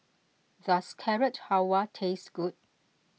does Carrot Halwa taste good